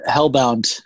Hellbound